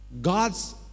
God's